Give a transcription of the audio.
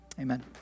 Amen